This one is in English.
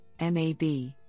MAB